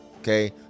Okay